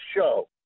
show